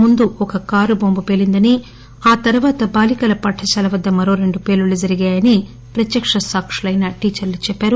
ముందు ఒక car bomb పేలిందనీ ఆ తర్వాత బాలీకల పాఠశాల వద్ద మరో రెండు పేలుళ్లు జరిగాయనీ ప్రత్యక్ష సాకులైన టీచర్లు చెప్పారు